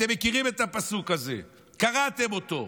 אתם מכירים את הפסוק הזה, קראתם אותו.